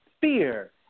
fear